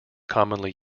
commonly